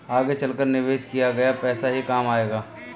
आगे चलकर निवेश किया गया पैसा ही काम आएगा